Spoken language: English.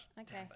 Okay